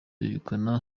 yegukana